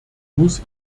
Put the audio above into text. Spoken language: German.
muss